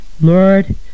Lord